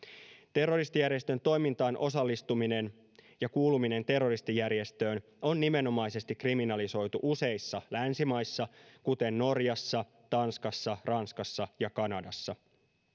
terroristijärjestön toimintaan osallistuminen ja kuuluminen terroristijärjestöön on nimenomaisesti kriminalisoitu useissa länsimaissa kuten norjassa tanskassa ranskassa ja kanadassa